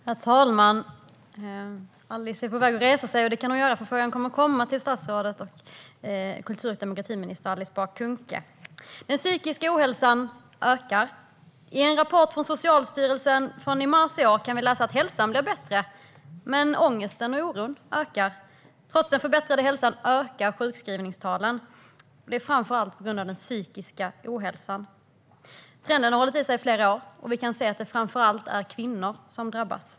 Herr talman! Kultur och demokratiminister Alice Bah Kuhnke är på väg att resa sig, och det kan hon göra, för det är mycket riktigt henne jag ska ställa min fråga till. Den psykiska ohälsan ökar. I en rapport från Socialstyrelsen från mars i år kan vi läsa att hälsan blir bättre, medan ångesten och oron ökar. Trots den förbättrade hälsan ökar sjukskrivningstalen, framför allt på grund av den psykiska ohälsan. Trenden har hållit i sig i flera år, och det är framför allt kvinnor som drabbas.